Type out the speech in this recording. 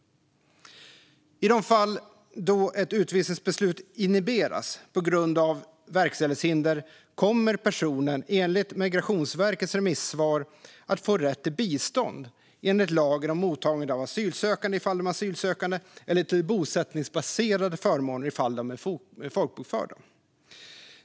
I de fall där ett utvisningsbeslut inhiberas på grund av verkställighetshinder kommer personerna, enligt Migrationsverkets remissvar, att få rätt till bistånd enligt lagen om mottagande av asylsökande i de fall de är asylsökande eller till bosättningsbaserade förmåner i de fall de är folkbokförda.